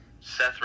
Seth